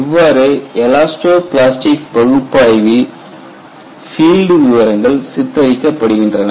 இவ்வாறு elastoplastic பகுப்பாய்வில் field விவரங்கள் சித்தரிக்க படுகின்றன